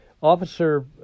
Officer